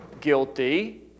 guilty